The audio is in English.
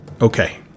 Okay